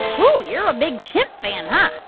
so you're a big chimp fan, huh?